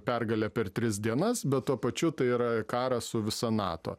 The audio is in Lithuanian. pergalė per tris dienas bet tuo pačiu tai yra karas su visa nato